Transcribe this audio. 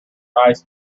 eyes